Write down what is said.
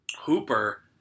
Hooper